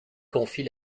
confie